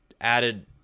added